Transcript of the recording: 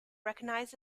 recognized